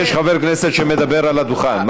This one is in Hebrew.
יש חבר כנסת שמדבר על הדוכן.